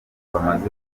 bamaze